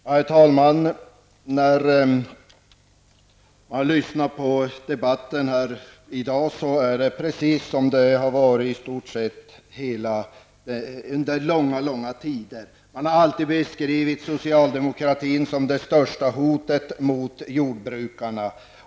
Herr talman! När man lyssnar till debatten i dag märker man att den är precis likadan som den har varit under långa tider. Man har alltid beskrivit socialdemokratin som det största hotet mot jordbrukarna.